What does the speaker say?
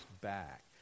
back